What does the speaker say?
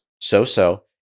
so-so